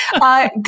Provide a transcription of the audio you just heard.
Good